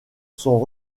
sont